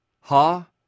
Ha